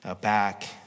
back